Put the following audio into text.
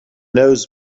knows